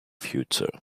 future